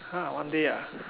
!huh! one day ah